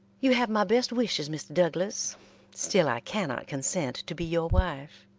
you have my best wishes, mr. douglas still i cannot consent to be your wife.